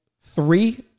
three